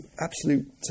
Absolute